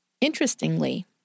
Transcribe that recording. Interestingly